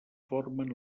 formen